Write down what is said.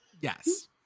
Yes